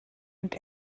und